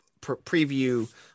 preview